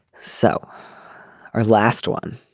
so our last one